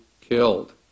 killed